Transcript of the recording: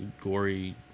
gory